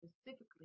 specifically